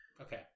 Okay